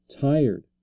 tired